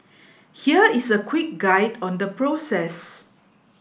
here is a quick guide on the process